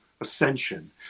Ascension